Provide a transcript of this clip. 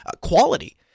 quality